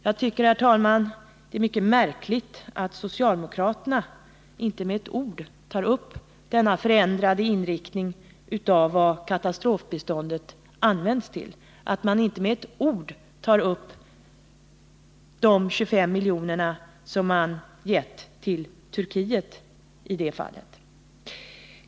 Jag tycker, herr talman, att det är mycket märkligt att socialdemokraterna inte med ett enda ord tar upp denna förändrade inriktning av vad katastrofbiståndet använts till och att de inte med ett ord tar upp de 25 miljoner som man gett till Turkiet i det fallet.